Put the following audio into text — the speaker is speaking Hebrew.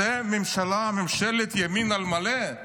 זאת ממשלת ימין על מלא?